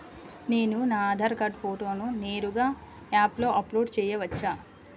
నేను నా ఆధార్ కార్డ్ ఫోటోను నేరుగా యాప్లో అప్లోడ్ చేయవచ్చా?